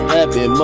Happy